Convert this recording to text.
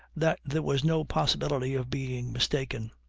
that there was no possibility of being mistaken.